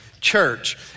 church